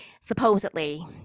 supposedly